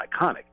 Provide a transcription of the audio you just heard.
iconic